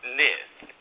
list